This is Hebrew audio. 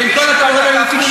ועם כל הכבוד לנתונים,